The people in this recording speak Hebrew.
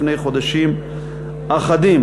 לפני חודשים אחדים,